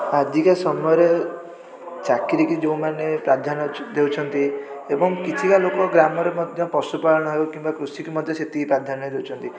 ଆଜିକା ସମୟରେ ଯେଉଁମାନେ ଚାକିରିକି ଯେଉଁମାନେ ପ୍ରାଧାନ୍ୟ ଦେଉଛନ୍ତି ଏବଂ କିଛିକା ଲୋକ ଗ୍ରାମରେ ମଧ୍ୟ ପଶୁପାଳନ ହେଉ କିମ୍ବା କୃଷିକୁ ମଧ୍ୟ ସେତିକି ପ୍ରାଧାନ୍ୟ ଦେଉଛନ୍ତି